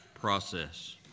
process